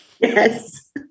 Yes